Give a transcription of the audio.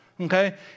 Okay